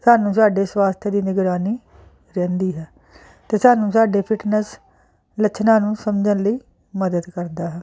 ਸਾਨੂੰ ਸਾਡੇ ਸਵਾਸਥ ਦੀ ਨਿਗਰਾਨੀ ਰਹਿੰਦੀ ਹੈ ਅਤੇ ਸਾਨੂੰ ਸਾਡੇ ਫਿਟਨੈਸ ਲੱਛਣਾਂ ਨੂੰ ਸਮਝਣ ਲਈ ਮਦਦ ਕਰਦਾ ਹੈ